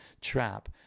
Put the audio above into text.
trap